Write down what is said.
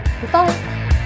goodbye